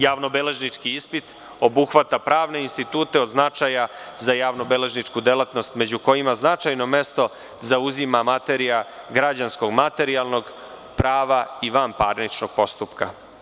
Javnobeležnički ispit obuhvata pravne institute od značaja za javnobeležničku delatnost, među kojima značajno mesto zauzima materija građansko-materijalnog prava i vanparničkog postupka.